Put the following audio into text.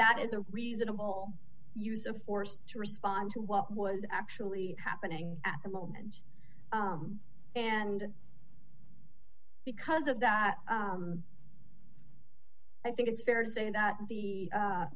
that is a reasonable use of force to respond to what was actually happening at the moment and because of that i think it's fair to say that the